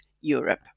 Europe